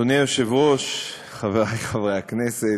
אדוני היושב-ראש, חברי חברי הכנסת,